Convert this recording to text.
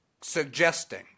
suggesting